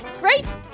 Great